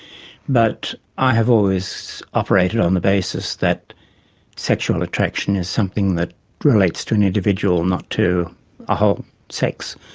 but i have always operated on the basis that sexual attraction is something that relates to an individual, not to a whole sex.